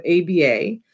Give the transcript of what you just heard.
ABA